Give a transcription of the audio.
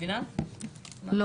כל